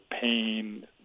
pain